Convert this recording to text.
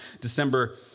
December